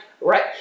right